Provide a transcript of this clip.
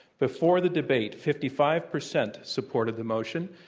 before the debate, fifty five percent supported the motion.